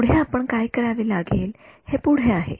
पुढे आपण काय करावे लागेल हे पुढे आहे